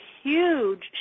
huge